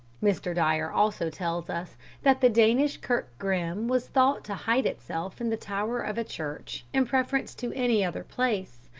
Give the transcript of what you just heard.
mr. dyer also tells us that the danish kirk-grim was thought to hide itself in the tower of a church in preference to any other place,